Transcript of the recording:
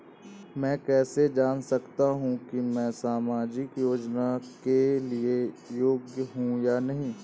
मैं कैसे जान सकता हूँ कि मैं सामाजिक योजना के लिए योग्य हूँ या नहीं?